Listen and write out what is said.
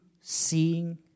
seeing